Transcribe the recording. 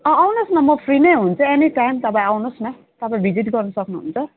आउनु होस् न म फ्री नै हुन्छु एनी टाइम तपाईँ आउनु होस् न तपाईँ भिजिट गर्नु सक्नु हुन्छ